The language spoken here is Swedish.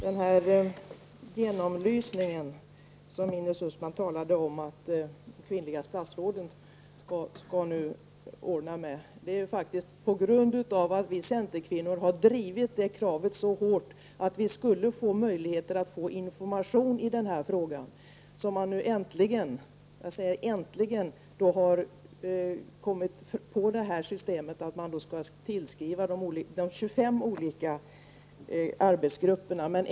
Fru talman! Ines Uusmann talade om att de kvinnliga statsråden har ordnat med en genomlysning. Det är faktiskt på grundval av att vi centerkvinnor har drivit det kravet så hårt att vi skulle få möjlighet att få information i denna fråga som man äntligen -- jag säger äntligen -- har kommit på att tillskriva de 25 olika arbetsgrupperna.